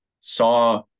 saw